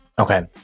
Okay